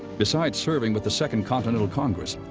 besides serving with the second continental congress,